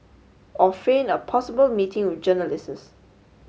or feign a possible meeting with journalists